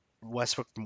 Westbrook